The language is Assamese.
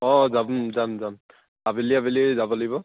অঁ যাম যাম যাম আবেলি আবেলি যাব লাগিব